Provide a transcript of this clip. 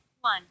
One